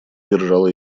держал